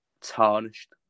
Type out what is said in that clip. tarnished